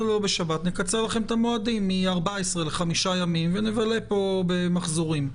נקצר לכם את המועדים מ-14 ל-5 ימים ונבלה פה במחזורים.